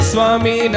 Swami